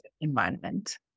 environment